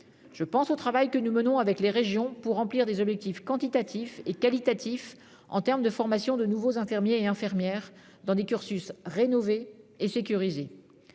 Je pense au travail que nous menons avec les régions pour remplir des objectifs quantitatifs et qualitatifs de formation de nouveaux infirmiers et infirmières au sein de cursus rénovés et sécurisés.